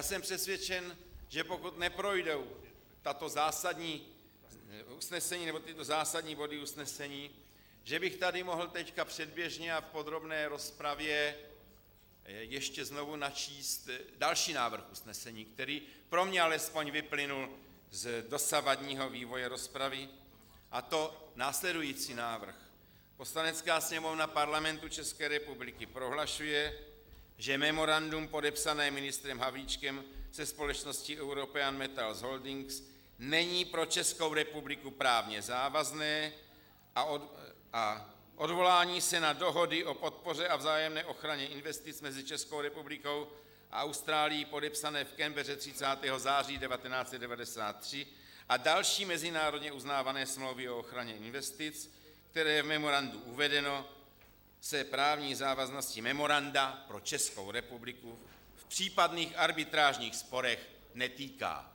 Jsem přesvědčen, že pokud neprojdou tato zásadní usnesení nebo tyto zásadní body usnesení, že bych tady mohl teď předběžně a v podrobné rozpravě ještě znovu načíst další návrh usnesení, který pro mne alespoň vyplynul z dosavadního vývoje rozpravy, a to následující návrh: Poslanecká sněmovna Parlamentu České republiky prohlašuje, že memorandum podepsané ministrem Havlíčkem se společností European Metals Holdings není pro Českou republiku právně závazné a odvolání se na Dohodu o podpoře a vzájemné ochraně investic mezi Českou republikou a Austrálií, podepsanou v Cambeře 30. září 1993, a další mezinárodně uznávané smlouvy o ochraně investic, které je v memorandu uvedeno, se právní závaznosti memoranda pro Českou republiku v případných arbitrážních sporech netýká.